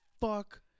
fuck